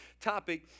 topic